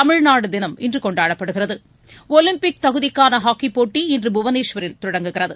தமிழ்நாடு தினம் இன்று கொண்டாடப்படுகிறது ஒலிம்பிக் தகுதிக்கான ஹாக்கி போட்டி இன்று புவனேஸ்வரில் தொடங்குகிறது